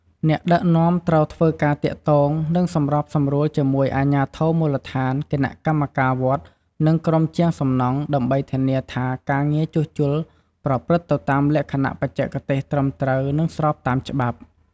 អ្នកដឹកនាំត្រូវធ្វើការទាក់ទង និងសម្របសម្រួលជាមួយអាជ្ញាធរមូលដ្ឋាន គណៈកម្មការវត្ត និងក្រុមជាងសំណង់ ដើម្បីធានាថាការងារជួសជុលប្រព្រឹត្តទៅតាមលក្ខណៈបច្ចេកទេសត្រឹមត្រូវ និងស្របតាមច្បាប់។